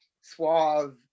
suave